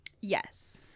Yes